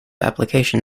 application